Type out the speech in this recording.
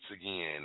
again